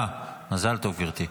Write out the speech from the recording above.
מזל טוב, גברתי.